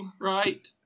right